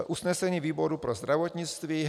Usnesení výboru pro zdravotnictví.